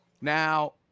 Now